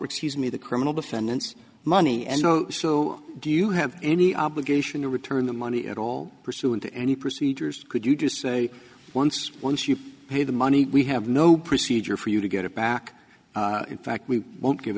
excuse me the criminal defendants money and so do you have any obligation to return the money at all pursuant to any procedures could you do say once once you've paid the money we have no procedure for you to get it back in fact we won't give